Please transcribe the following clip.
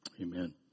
Amen